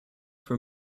for